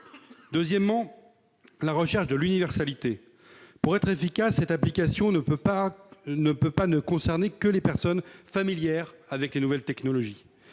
Deuxièmement, la recherche de l'universalité. Pour être efficace, cette application ne doit pas concerner uniquement les personnes familières des nouvelles technologies.